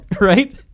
right